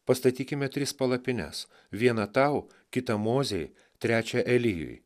pastatykime tris palapines vieną tau kitą mozei trečią elijui